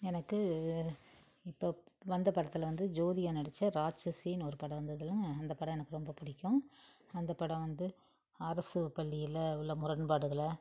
எனக்கு இப்போ வந்த படத்தில் வந்து ஜோதிகா நடிச்ச ராட்சசின்னு ஒரு படம் வந்துதுல்லங்க அந்த படம் எனக்கு ரொம்ப பிடிக்கும் அந்த படம் வந்து அரசு பள்ளியில் உள்ள முரண்பாடுகளை